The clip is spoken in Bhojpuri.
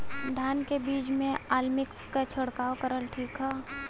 धान के बिज में अलमिक्स क छिड़काव करल ठीक ह?